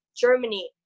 Germany